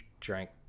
drank